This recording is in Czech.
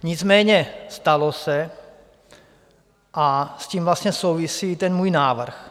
Nicméně stalo se a s tím vlastně souvisí i můj návrh.